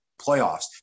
playoffs